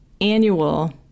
annual